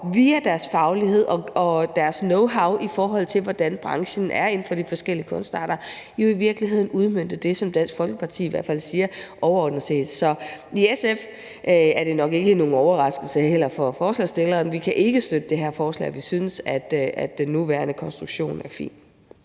via deres faglighed og deres knowhow om, hvordan branchen er inden for de forskellige kunstarter, jo i virkeligheden udmøntet det, som Dansk Folkeparti siger, i hvert fald overordnet set. Så i SF kan vi ikke – og det er nok heller ikke nogen overraskelse for forslagsstillerne – støtte det her forslag. Vi synes, at den nuværende konstruktion er fin.